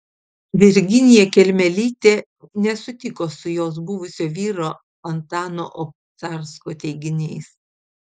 virginija kelmelytė nesutiko su jos buvusio vyro antano obcarsko teiginiais